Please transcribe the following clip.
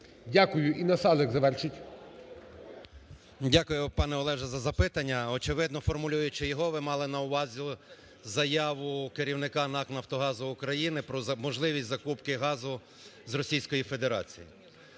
10:54:56 НАСАЛИК І.С. Дякую, панеОлеже, за запитання. Очевидно, формулюючи його, ви мали на увазі заяву керівника НАК "Нафтогазу України" про можливість закупки газу з Російської Федерації.